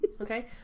Okay